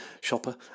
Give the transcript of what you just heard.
shopper